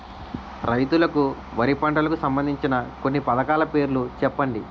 రైతులకు వారి పంటలకు సంబందించిన కొన్ని పథకాల పేర్లు చెప్పండి?